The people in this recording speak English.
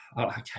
okay